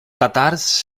tatars